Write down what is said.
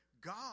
God